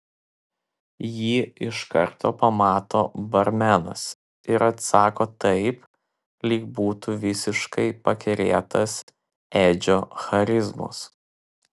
jį iš karto pamato barmenas ir atsako taip lyg būtų visiškai pakerėtas edžio charizmos